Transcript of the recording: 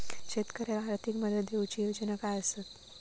शेतकऱ्याक आर्थिक मदत देऊची योजना काय आसत?